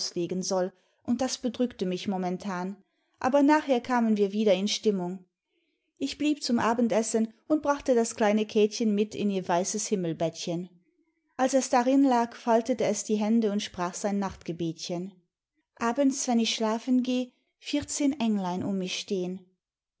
auslegen soll und das bedrückte mich momentan aber nachher kamen wir wieder m stimmung ich blieb zum abendessen imd brachte das kleine kätchen mit in ihr weißes himmelbettchen als es drin lag faltete es die hände und sprach sein nachtgebetchen abends wenn ich schlafen geh vierzehn englein um mich stehen